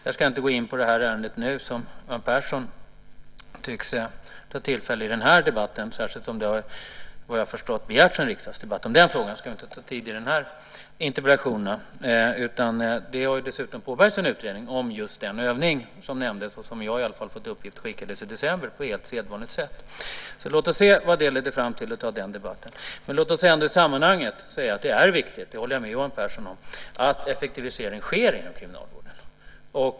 Jag ska inte i den här debatten gå in på det ärende som Johan Pehrson tycks ta tillfället i akt att ta upp. Vad jag förstår har det begärts en riksdagsdebatt om den frågan, så den ska vi inte uppta tid med i den här interpellationsdebatten. Det har dessutom påbörjats en utredning om just den övning som nämndes, och jag har i alla fall fått uppgift om att detta skickades i december på sedvanligt sätt. Låt oss se vad det leder fram till och ta den debatten då. Men låt oss ändå i sammanhanget säga att det är viktigt - det håller jag med Johan Pehrson om - att effektivisering sker inom kriminalvården.